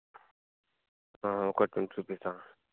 ఒక్కటి ట్వంటీ రుపీసా